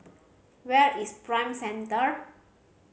where is Prime Center